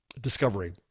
discovery